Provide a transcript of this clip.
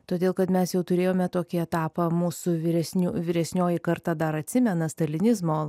todėl kad mes jau turėjome tokį etapą mūsų vyresnių vyresnioji karta dar atsimena stalinizmo